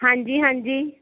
ਹਾਂਜੀ ਹਾਂਜੀ